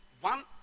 one